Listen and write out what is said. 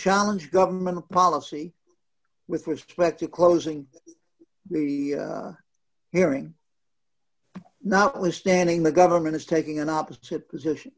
challenge government policy with respect to closing the hearing notwithstanding the government is taking an opposite position